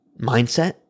mindset